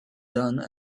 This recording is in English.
done